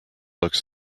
looks